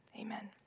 amen